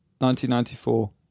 1994